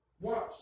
Watch